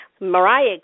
Mariah